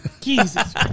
Jesus